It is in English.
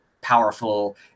powerful